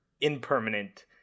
impermanent